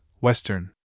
Western